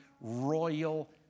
royal